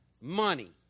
money